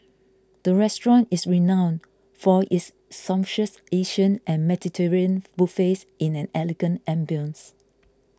the restaurant is renowned for its sumptuous Asian and Mediterranean buffets in an elegant ambience